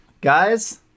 Guys